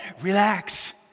Relax